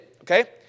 Okay